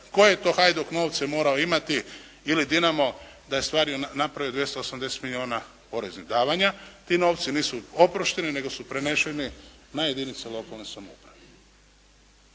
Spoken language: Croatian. koje je to Hajduk novce morao imati ili Dinamo da je u stvari napravio 280 milijuna poreznih davanja. Ti novci nisu oprošteni, nego su prenešeni na jedinice lokalne samouprave.